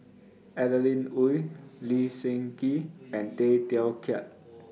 Adeline Ooi Lee Seng Gee and Tay Teow Kiat